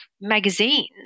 magazines